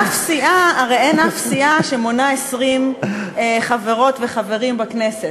הרי אין אף סיעה שמונה 20 חברות וחברים בכנסת.